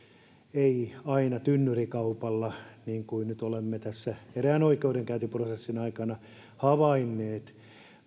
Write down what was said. ei aina tynnyrikaupalla niin kuin nyt olemme tässä erään oikeudenkäyntiprosessin aikana havainneet